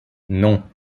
non